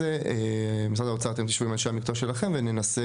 אתם תשבו עם אנשי המקצוע שלכם וננסה